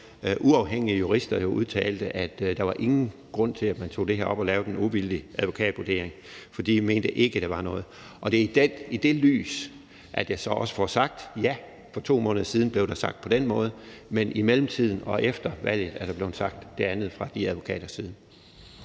uafhængige jurister udtalte, at der ingen grund var til, at man tog det her op og lavede en uvildig advokatvurdering, for de mente ikke, at der var noget. Og det er i det lys, at jeg så også får sagt: Ja, for 2 måneder siden blev det sagt på den måde, men i mellemtiden og efter valget er der blevet sagt det andet fra de advokaters side.